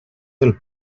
del